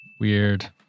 Weird